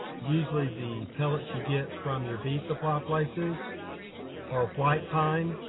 usually the pellets you get from your bee supply places are white pine.